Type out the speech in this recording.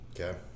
Okay